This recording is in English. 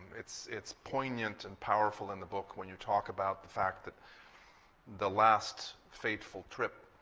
it's it's poignant and powerful in the book, when you talk about the fact that the last fateful trip